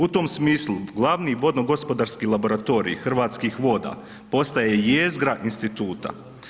U tom smislu glavni vodnogospodarski laboratorij Hrvatskih voda postaje jezgra instituta.